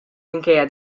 minkejja